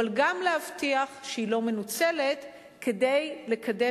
אבל גם כדי להבטיח שהיא לא מנוצלת כדי לקדם